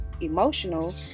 emotional